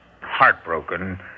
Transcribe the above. heartbroken